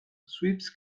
sweeps